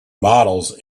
models